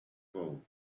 bow